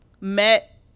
met